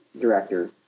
director